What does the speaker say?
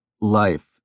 life